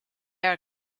are